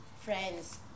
friends